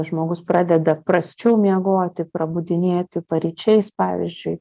žmogus pradeda prasčiau miegoti prabudinėti paryčiais pavyzdžiui